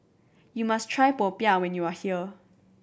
you must try popiah when you are here